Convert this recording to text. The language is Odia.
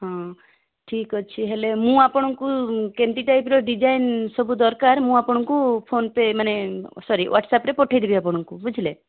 ହଁ ଠିକ୍ ଅଛି ହେଲେ ମୁଁ ଆପଣଙ୍କୁ କେମିତି ଟାଇପ୍ ର ଡିଜାଇନ୍ ସବୁ ଦରକାର ମୁଁ ଆପଣଙ୍କୁ ଫୋନ୍ ପେ ମାନେ ସରି ୱାଟସ୍ଅପ୍ ରେ ପଠେଇ ଦେବି ଆପଣଙ୍କୁ ବୁଝିଲେ